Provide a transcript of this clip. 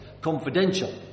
confidential